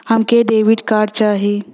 हमके debit card चाही?